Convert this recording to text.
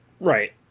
Right